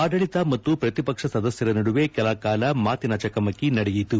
ಆಡಳಿತ ಮತ್ತು ಪ್ರತಿಪಕ್ಷ ಸದಸ್ಯರ ನಡುವೆ ಕೆಲಕಾಲ ಮಾತಿನ ಚಕಮಕಿ ನಡೆಯಿತು